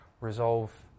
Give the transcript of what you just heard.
resolve